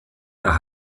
der